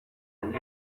and